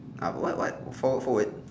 ah what what forward forward